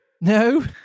No